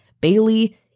Bailey